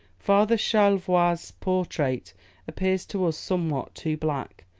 father charlevoix's portrait appears to us somewhat too black,